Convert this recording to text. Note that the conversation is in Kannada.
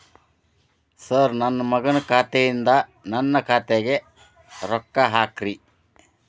ಸರ್ ನನ್ನ ಮಗನ ಖಾತೆ ಯಿಂದ ನನ್ನ ಖಾತೆಗ ರೊಕ್ಕಾ ಹಾಕ್ರಿ